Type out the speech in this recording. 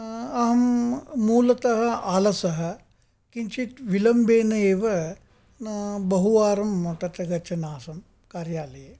अहं मूलतः आलसः किञ्चित् विलम्बेन एव बहुवारं तत्र गच्छन् आसं कार्यालये